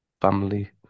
family